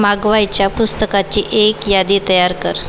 मागवायच्या पुस्तकाची एक यादी तयार कर